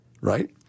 right